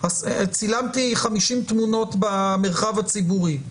צילמתי 50 תמונות במרחב הציבורי.